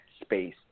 space